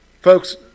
Folks